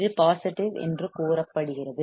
இது பாசிட்டிவ் என்று கூறப்படுகிறது